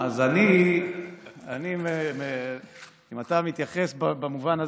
אז אם אתה מתייחס במובן הזה,